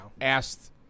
asked –